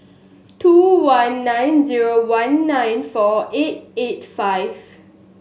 two one nine zero one nine four eight eight five